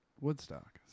Woodstock